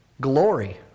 glory